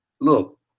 Look